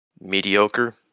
mediocre